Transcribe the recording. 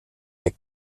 der